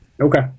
Okay